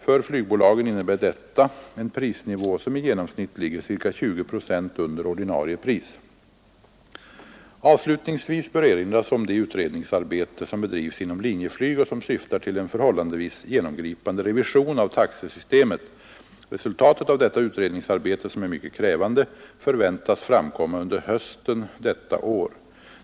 För flygbolagen innebär detta en prisnivå som i genomsnitt ligger cirka 20 procent under ordinarie pris. Avslutningsvis bör erinras om det utredningsarbete som bedrivs inom Linjeflyg och som syftar till en förhållandevis genomgripande revision av taxesystemet. Resultatet av detta utredningsarbete, som är mycket krävande, förväntas framkomma under hösten detta år.